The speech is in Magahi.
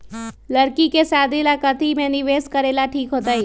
लड़की के शादी ला काथी में निवेस करेला ठीक होतई?